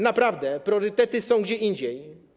Naprawdę priorytety są gdzie indziej.